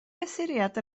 mesuriad